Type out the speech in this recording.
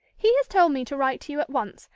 he has told me to write to you at once,